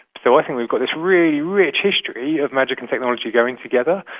so i think we've got this really rich history of magic and technology going together.